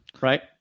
Right